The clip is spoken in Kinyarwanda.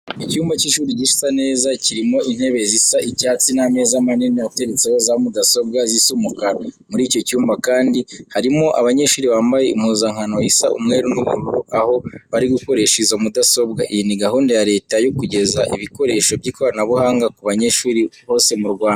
Icyumba cy'ishuri gisa neza, kirimo intebe zisa icyatsi n'ameza manini ateretseho za mudasobwa zisa umukara. Muri icyo cyumba kandi harimo abanyeshuri bambaye impuzankano isa umweru n'ubururu, aho bari gukoresha izo mudasobwa. Iyi ni gahunda ya Leta yo kugeza ibikoresho by'ikoranabuhanga ku banyeshuri hose mu Rwanda.